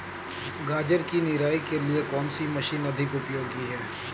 गाजर की निराई के लिए कौन सी मशीन अधिक उपयोगी है?